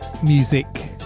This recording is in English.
Music